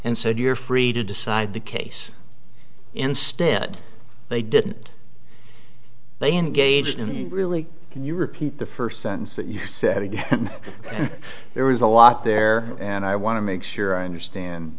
and said you're free to decide the case instead they didn't they engaged in really can you repeat the first sentence that you said he did and there is a lot there and i want to make sure i understand